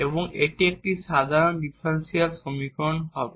এবং এটি একটি সাধারণ ডিফারেনশিয়াল সমীকরণ হবে